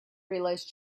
realized